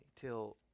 till